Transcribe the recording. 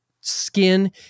skin